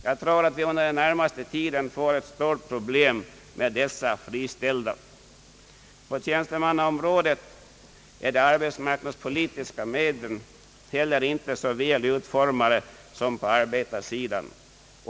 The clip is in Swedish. Jag tror att vi under den närmaste tiden får ett stort problem med dessa friställda. På tjänstemannaområdet är de arbetsmarknadspolitiska medlen inte heller så väl utformade som på arbetarsidan.